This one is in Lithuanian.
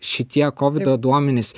šitie kovido duomenys